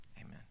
Amen